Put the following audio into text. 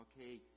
Okay